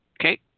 Okay